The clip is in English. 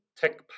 tech